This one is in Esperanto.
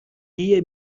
tie